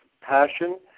passion